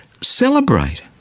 celebrate